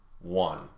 one